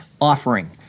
offering